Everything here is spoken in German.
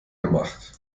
gemacht